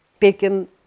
taken